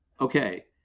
okay